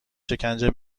شکنجه